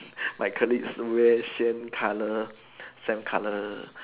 my colleague wear same color same color